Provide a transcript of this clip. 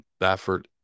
Baffert